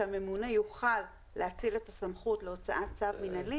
שהממונה יוכל להאציל את הסמכות להוצאת צו מינהלי